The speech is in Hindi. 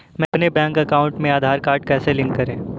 अपने बैंक अकाउंट में आधार कार्ड कैसे लिंक करें?